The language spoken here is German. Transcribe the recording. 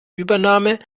übernahme